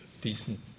decent